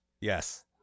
Yes